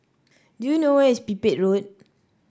do you know where is Pipit Road